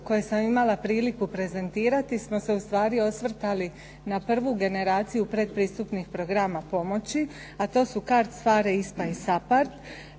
koje sam imala priliku prezentirati smo se ustvari osvrtali na prvu generaciju pretpristupnih programa pomoći, a to su CARDS, PHARE, ISPA i SAPARD